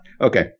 Okay